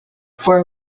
for